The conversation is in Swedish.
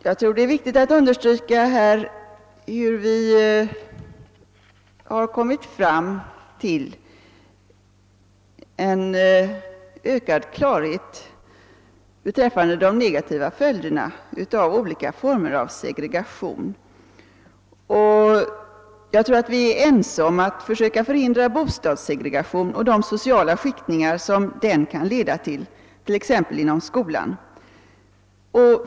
Jag tror det är viktigt att här understryka hur vi har kommit fram till en ökad klarhet beträffande de negativa följ derna av olika former av segregation. Vi är väl ense om att försöka hindra bostadssegregation och de sociala skiktningar som den kan leda till, till exempel inom skolan.